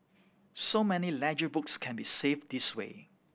so many ledger books can be saved this way